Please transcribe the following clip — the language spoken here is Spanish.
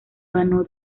ganó